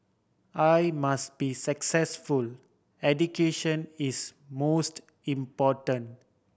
I must be successful education is most important